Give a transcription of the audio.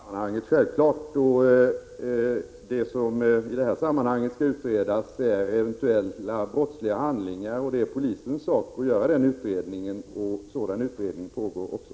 Fru talman! Allting skall självfallet utredas, och det som i det här sammanhanget skall utredas är eventuella brottsliga handlingar. Det är polisens sak att göra den utredningen, och sådan utredning pågår också.